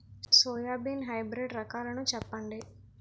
Soybean hybrid రకాలను చెప్పండి?